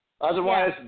Otherwise